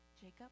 Jacob